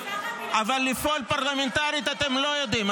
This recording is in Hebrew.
אבל לפעול פרלמנטרית אתם לא יודעים.